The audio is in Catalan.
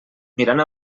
mirant